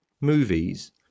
movies